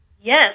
Yes